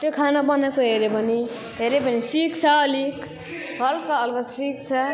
त्यो खाना बनाएको हेऱ्यो भने हेऱ्यो भने सिक्छ अलिक हल्का हल्का सिक्छ